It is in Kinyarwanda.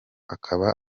akaba